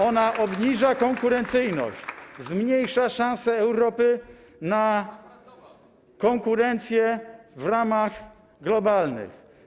Ona obniża konkurencyjność, zmniejsza szanse Europy na konkurencję w ramach globalnych.